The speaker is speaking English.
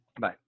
Bye